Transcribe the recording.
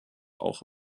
auch